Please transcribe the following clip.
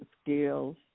skills